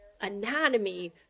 anatomy